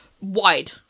wide